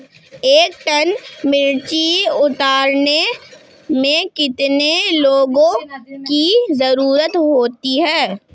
एक टन मिर्ची उतारने में कितने लोगों की ज़रुरत होती है?